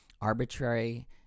arbitrary